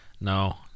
No